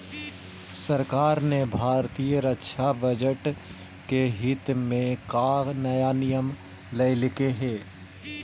सरकार ने भारतीय रक्षा बजट के हित में का नया नियम लइलकइ हे